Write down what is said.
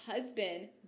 husband